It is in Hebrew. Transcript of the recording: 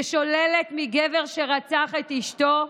ששוללת מגבר שרצח את אשתו,